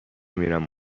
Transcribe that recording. میرم